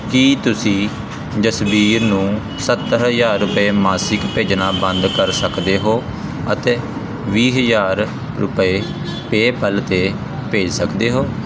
ਕੀ ਤੁਸੀਂ ਜਸਬੀਰ ਨੂੰ ਸੱਤ ਹਜ਼ਾਰ ਰੁਪਏ ਮਾਸਿਕ ਭੇਜਣਾ ਬੰਦ ਕਰ ਸਕਦੇ ਹੋ ਅਤੇ ਵੀਹ ਹਜ਼ਾਰ ਰੁਪਏ ਪੇਪਾਲ 'ਤੇ ਭੇਜ ਸਕਦੇ ਹੋ